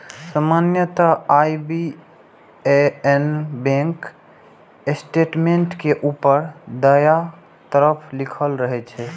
सामान्यतः IBAN bank statement के ऊपर दायां तरफ लिखल रहै छै